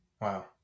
Wow